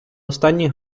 останні